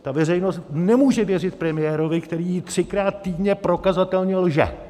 Ta veřejnost nemůže věřit premiérovi, který jí třikrát týdně prokazatelně lže.